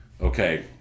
okay